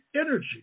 energy